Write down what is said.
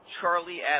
Charlie